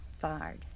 fired